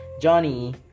Johnny